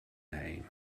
name